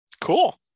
Cool